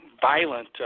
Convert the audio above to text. violent